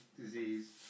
disease